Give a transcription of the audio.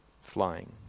flying